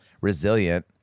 resilient